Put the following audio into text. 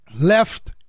left